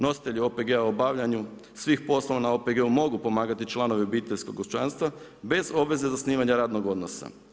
Nositelji OPG-a u obavljanju, svih poslova na OPG-u mogu pomagati obiteljskog kućanstva, bez obveze zasnivanja radnog odnosa.